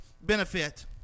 benefit